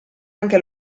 anche